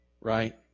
right